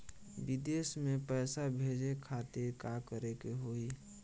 विदेश मे पैसा भेजे खातिर का करे के होयी?